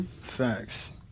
Facts